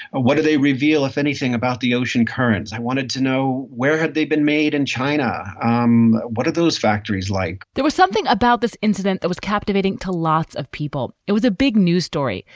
what do they reveal, if anything, about the ocean currents? i wanted to know where had they been made in china? um what are those factories like? there was something about this incident that was captivating to lots of people. it was a big news story.